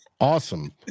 awesome